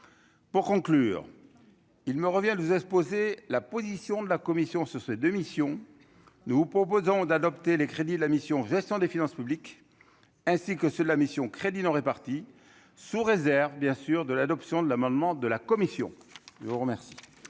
pour conclure, il me revient de vous exposer la position de la Commission, ce ces de missions, nous vous proposons d'adopter les crédits de la mission Gestion des finances publiques, ainsi que ceux de la mission Crédits non répartis sous réserve bien sûr de l'adoption de l'amendement de la commission, je vous remercie.